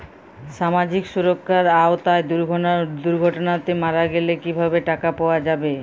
সামাজিক সুরক্ষার আওতায় দুর্ঘটনাতে মারা গেলে কিভাবে টাকা পাওয়া যাবে?